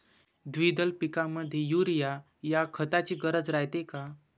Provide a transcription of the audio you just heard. द्विदल पिकामंदी युरीया या खताची गरज रायते का?